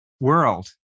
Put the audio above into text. world